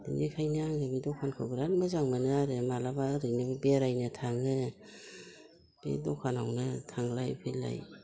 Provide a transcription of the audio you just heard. बेनिखायनो बे दखानखौ आङो बिराद मोजां मोनो आरो माब्लाबा ओरैनो बेरायनो थाङो बे दखानावनो थांलाय फैलाय